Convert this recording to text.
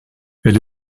elle